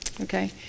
Okay